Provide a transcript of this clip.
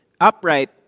upright